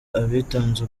abitanze